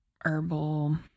herbal